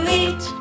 eat